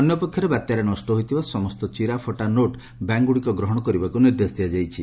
ଅନ୍ୟପକ୍ଷରେ ବାତ୍ୟାରେ ନଷ୍ଟହୋଇଥିବା ସମସ୍ତ ଚିରାଫଟା ନୋଟ୍ ବ୍ୟାଙ୍କଗୁଡ଼ିକ ଗ୍ରହଶ କରିବାକୁ ନିର୍ଦ୍ଦେଶ ଦିଆଯାଇଛି